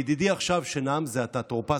ידידי עכשיו שנאם זה עתה, טור פז.